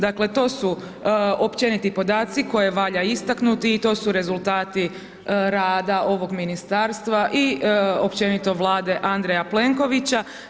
Dakle to su općeniti podaci koje valja istaknuti i to su rezultati rada ovog ministarstva i općenito Vlade Andreja Plenkovića.